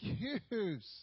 excuse